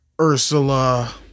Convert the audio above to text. Ursula